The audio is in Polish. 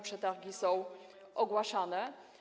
Przetargi są ogłaszane.